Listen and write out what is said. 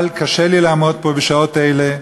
אבל קשה לי לעמוד פה בשעות אלה.